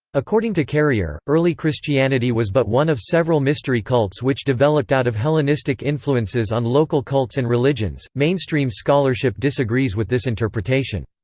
according to carrier, early christianity was but one of several mystery cults which developed out of hellenistic influences on local cults and religions mainstream scholarship disagrees with this interpretation.